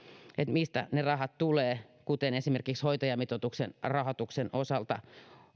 mistä ne rahat tulevat kuten esimerkiksi hoitajamitoituksen rahoituksen osalta